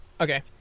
Okay